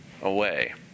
away